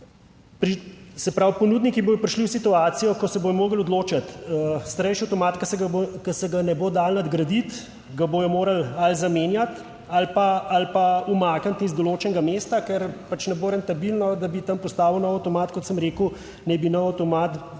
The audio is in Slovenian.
Se pravi, ponudniki bodo prišli v situacijo, ko se bodo morali odločiti, starejši avtomat, ki se ga ne bo dalo nadgraditi, ga bodo morali ali zamenjati ali pa, ali pa umakniti iz določenega mesta, ker pač ne bo rentabilno, da bi tam postavil nov avtomat. Kot sem rekel, naj bi nov avtomat